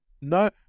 no